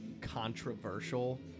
controversial